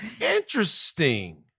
interesting